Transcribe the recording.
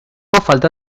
falta